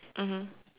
mmhmm